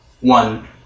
one